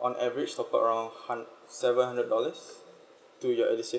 on average top up around hun~ seven hundred dollars to your edusave